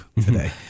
today